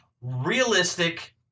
realistic